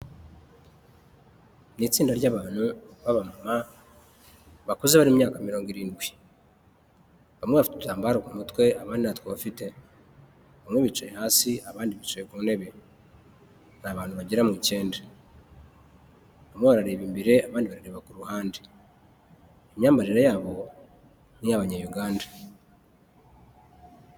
Ni itsinda ry'abantu b'abamama bakuze bari myaka mirongo irindwi. Bamwe bafite udutambaro ku mutwe abandi ntatwo bafite. Bamwe bicaye hasi abandi bicaye ku ntebe, ni abantu bagera mu ikenda. Bamwe barareba imbere abandi barareba ku ruhande. Imyambarire yabo ni nk'iy'abanyayuganda.